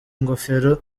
ingofero